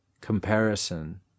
comparison